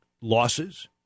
losses